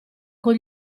con